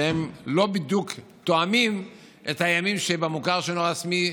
שהם לא בדיוק תואמים את הימים שבמוכר שאינו רשמי,